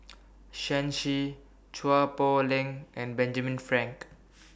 Shen Xi Chua Poh Leng and Benjamin Frank